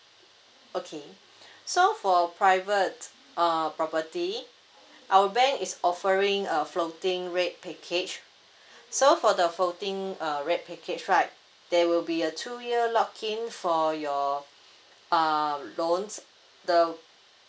okay so for private uh property our bank is offering a floating rate package so for the floating uh rate package right there will be a two year lock in for your uh loans the